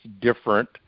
different